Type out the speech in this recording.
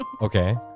okay